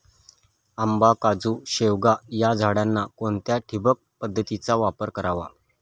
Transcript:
आंबा, काजू, शेवगा या झाडांना कोणत्या ठिबक पद्धतीचा वापर करावा?